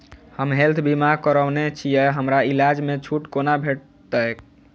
हम हेल्थ बीमा करौने छीयै हमरा इलाज मे छुट कोना भेटतैक?